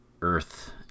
Earth